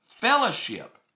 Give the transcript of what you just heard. fellowship